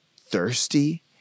thirsty